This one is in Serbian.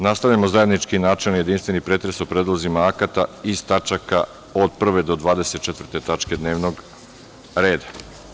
Nastavljamo zajednički načelni jedinstveni pretres o predlozima akata iz tačaka od 1. do 24. tačke dnevnog reda.